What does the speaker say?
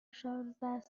شانزده